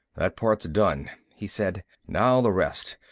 that part's done, he said. now the rest!